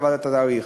כשקבעת את התאריך,